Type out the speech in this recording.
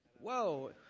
Whoa